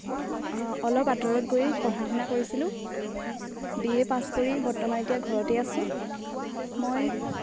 অলপ আঁতৰত গৈ পঢ়া শুনা কৰিছিলোঁ বি এ পাছ কৰি বৰ্তমান এতিয়া ঘৰতেই আছোঁ মই